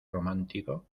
romántico